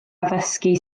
addysgu